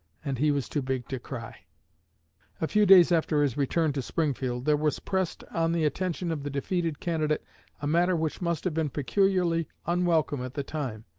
and he was too big to cry a few days after his return to springfield, there was pressed on the attention of the defeated candidate a matter which must have been peculiarly unwelcome at the time,